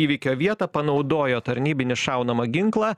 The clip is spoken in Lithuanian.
įvykio vietą panaudojo tarnybinį šaunamą ginklą